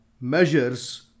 measures